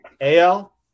AL